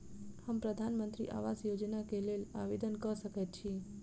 हम प्रधानमंत्री आवास योजना केँ लेल आवेदन कऽ सकैत छी?